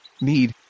need